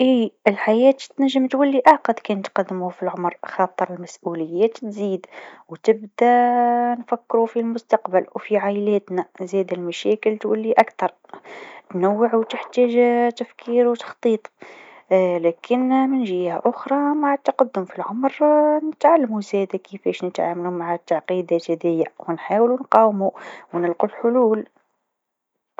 نعم، الحياة عادة تصبح أكثر تعقيد مع تقدم السن. المسؤوليات تزيد، سواء في العمل أو العائلة. زادة، التجارب الحياتية تعطيك نظرة أعمق على الأمور، لكن يمكن أن تضيف ضغوطات. لكن مع التعقيد، يجيء زادة الفهم والنضج.